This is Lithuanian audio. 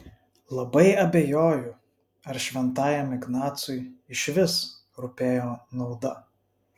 labai abejoju ar šventajam ignacui išvis rūpėjo nauda